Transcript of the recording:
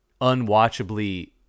unwatchably